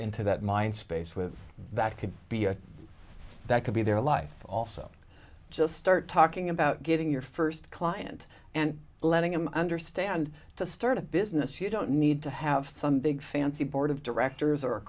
into that mind space with that could be a that could be their life also just start talking about getting your first client and letting him understand to start a business you don't need to have some big fancy board of directors or a